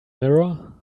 mirror